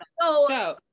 so-